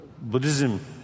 Buddhism